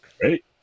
great